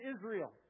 Israel